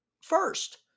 first